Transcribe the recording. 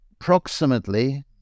approximately